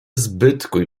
zbytkuj